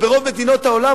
וברוב מדינות העולם.